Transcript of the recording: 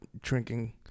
drinking